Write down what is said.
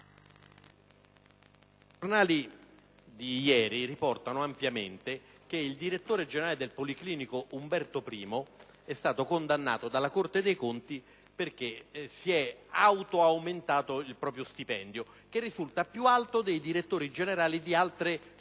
i giornali di ieri riportano ampiamente che il Direttore generale del Policlinico Umberto I è stato condannato dalla Corte dei conti perché si è auto-aumentato lo stipendio, che risulta più alto di quello altri direttori generali di altre strutture,